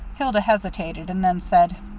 hilda hesitated, and then said